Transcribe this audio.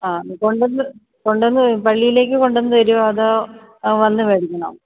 അ കൊണ്ട് വന്ന് കൊണ്ട് വന്ന് പള്ളിയിലേക്ക് കൊണ്ട് വന്ന് തരുമോ അതോ വന്നു മേടിക്കണോ